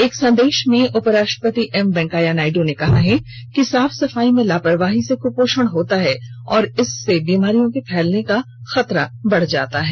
एक संदेश में उपराष्ट्रगपति एम वेंकैया नायडू ने कहा है कि साफ सफाई में लापरवाही से कुपोषण होता है और इससे बीमारियों के फैलने का खतरा बढ जाता है